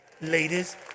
Ladies